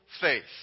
faith